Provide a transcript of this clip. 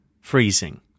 freezing